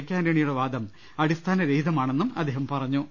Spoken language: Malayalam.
കെ ആന്റണിയുടെ വാദം അടിസ്ഥാന രഹിതമാണെന്നും അദ്ദേഹം പറഞ്ഞു